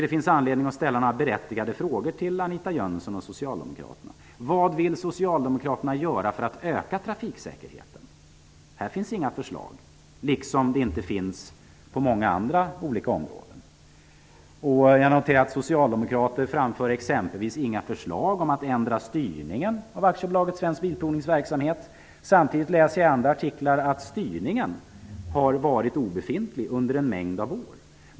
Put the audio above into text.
Det finns anledning att ställa några berättigade frågor till Anita Jönsson och socialdemokraterna. Vad vill socialdemokraterna göra för att öka trafiksäkerheten? Här liksom på många andra områden har ni inga förslag. Jag noterar att socialdemokraterna framför exempelvis inga förslag om att ändra styrningen av AB Svensk Bilprovnings verksamhet. Samtidigt har jag i artiklar läst att styrningen har varit obefintlig under en mängd år.